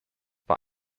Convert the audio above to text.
war